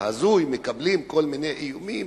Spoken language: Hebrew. ההזוי, מקבלים כל מיני איומים.